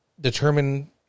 determine